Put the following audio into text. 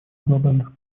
глобальных